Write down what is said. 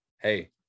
hey